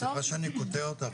סליחה שאני קוטע אותך,